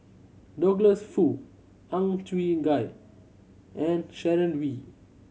Douglas Foo Ang Chwee Chai and Sharon Wee